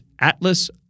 Atlas